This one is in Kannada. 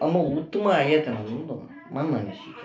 ಅನ್ನು ಉತ್ತಮ ಆಗೈತೆ ಅನ್ನೋದೊಂದು ನನ್ನ ಅನಿಸಿಕೆ